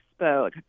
expo